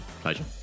Pleasure